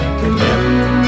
remember